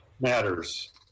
matters